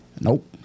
Nope